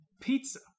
pizza